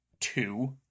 two